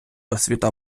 освіта